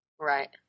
Right